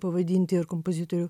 pavadinti ir kompozitorių